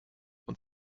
und